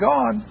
God